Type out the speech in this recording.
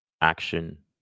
action